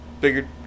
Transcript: figured